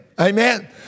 Amen